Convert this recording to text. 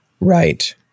Right